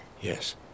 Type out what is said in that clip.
Yes